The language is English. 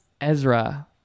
Ezra